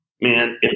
Man